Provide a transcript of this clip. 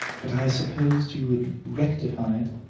but i supposed you would rectify it,